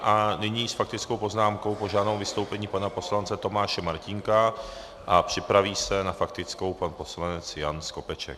A nyní s faktickou poznámkou požádám o vystoupení pana poslance Tomáše Martínka a připraví se na faktickou pan poslanec Jan Skopeček.